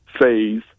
phase